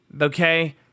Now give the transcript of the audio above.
okay